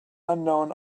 unknown